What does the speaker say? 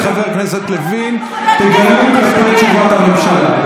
חבר הכנסת לוין תגלו כלפי תשובת הממשלה.